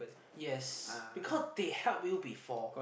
yes because they help you before